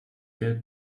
gelb